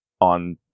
on